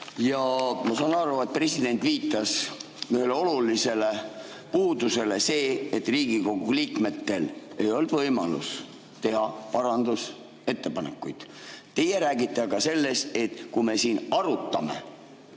Ja ma saan aru, et president viitas ühele olulisele puudusele – sellele, et Riigikogu liikmetel ei olnud võimalust teha parandusettepanekuid. Teie räägite aga sellest, et kui me siin arutame ...